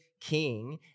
king